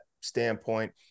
standpoint